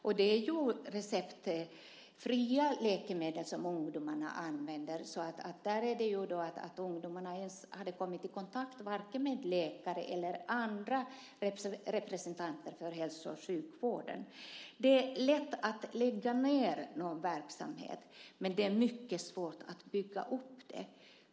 Det är ju receptfria läkemedel som ungdomarna använder, så där hade ju ungdomarna inte ens kommit i kontakt med vare sig läkare eller andra representanter för hälso och sjukvården. Det är lätt att lägga ned någon verksamhet, men det är mycket svårt att bygga upp den.